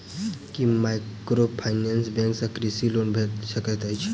की microfinance bank सँ कृषि loan भेटि सकैत अछि?